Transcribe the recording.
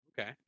okay